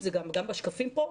גם בשקפים פה,